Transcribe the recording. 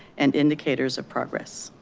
and indicators of progress.